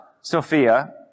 Sophia